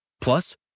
Plus